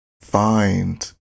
find